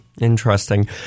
interesting